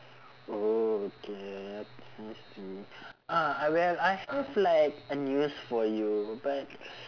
oh okay okay I see uh I well I have like a news for you but